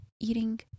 eating